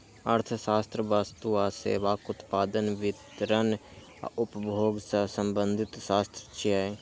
अर्थशास्त्र वस्तु आ सेवाक उत्पादन, वितरण आ उपभोग सं संबंधित शास्त्र छियै